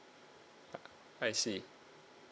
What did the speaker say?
uh I see